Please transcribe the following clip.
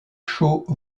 chauds